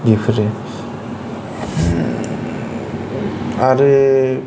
बेफोरो आरो